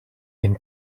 den